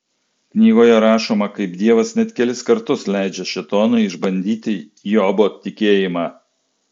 knygoje rašoma kaip dievas net kelis kartus leidžia šėtonui išbandyti jobo tikėjimą